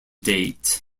date